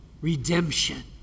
redemption